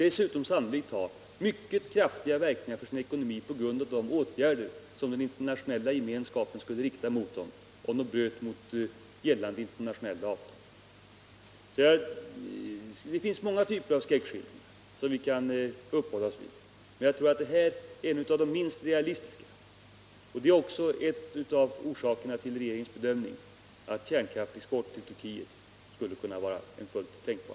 Dessutom skulle landet sannolikt få mycket kraftiga verkningar på sin ekonomi, på grund av de åtgärder den internationella gemenskapen skulle rikta mot det om det bröt mot gällande internationella avtal. Det finns många typer av skräckskildringar som vi kan uppehålla oss vid, men jag tror att det här är en av de minst realistiska. Det är en av orsakerna till regeringens bedömning att kärnkraftsexport till Turkiet skulle vara fullt tänkbar.